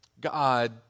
God